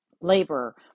labor